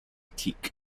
teak